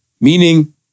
Meaning